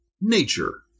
Nature